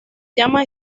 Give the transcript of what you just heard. llama